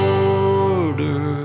order